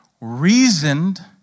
reasoned